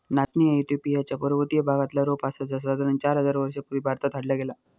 नाचणी ह्या इथिओपिया च्या पर्वतीय भागातला रोप आसा जा साधारण चार हजार वर्षां पूर्वी भारतात हाडला गेला